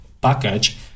package